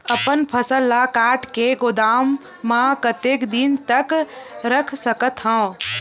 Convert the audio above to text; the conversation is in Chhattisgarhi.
अपन फसल ल काट के गोदाम म कतेक दिन तक रख सकथव?